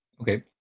Okay